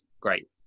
great